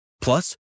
Plus